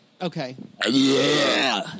okay